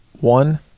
one